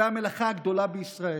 אולי המלאכה הגדולה בישראל.